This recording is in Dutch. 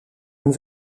een